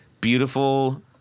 beautiful